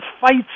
fights